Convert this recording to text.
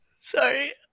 Sorry